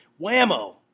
whammo